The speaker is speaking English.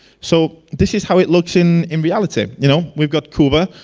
so this is how it looks in in reality you know we've got kuba.